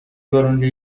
برنده